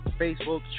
Facebook